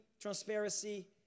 transparency